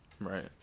right